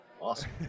Awesome